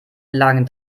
lagen